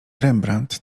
rembrandt